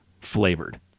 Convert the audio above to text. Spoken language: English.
flavored